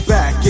Back